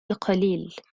القليل